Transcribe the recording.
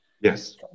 Yes